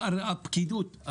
הפקידות,